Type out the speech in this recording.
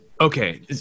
okay